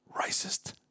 Racist